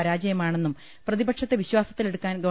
പരാജയമാണെന്നും പ്രതിപക്ഷത്തെ വിശ്വാ സത്തിലെടുക്കാൻ ഗവ